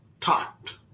taught